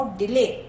delay